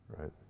Right